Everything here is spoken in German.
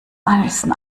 eisen